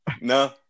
No